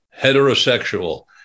heterosexual